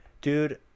Dude